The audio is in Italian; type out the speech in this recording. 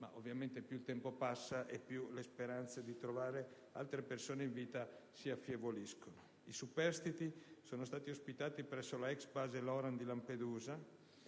ma, ovviamente, più il tempo passa più le speranze di trovare altre persone in vita si affievoliscono. I superstiti sono stati ospitati presso l'ex base Loran di Lampedusa,